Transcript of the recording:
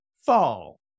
fall